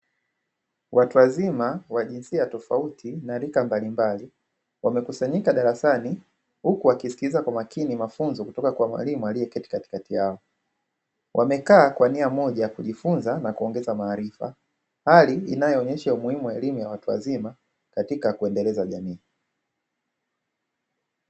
Watu wazima wa jinsia tofauti na rika mbalimbali wamekusanyika darasani huku wakisikiliza kwa makini mafunzo kutoka kwa mwalimu aliyeketi katikati yao, wamekaa kwa nia moja ya kujifunza na kuongeza maarifa. Hali inayoonyesha umuhimu wa elimu ya watu wazima katika kuendeleza jamii.